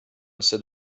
said